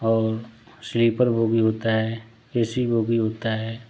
और sleeper bogie होता है ए सी बोगी होता है